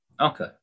Okay